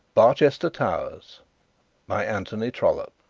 barchester towers by anthony trollope